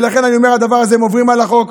ולכן אני אומר שבדבר הזה הם עוברים על החוק.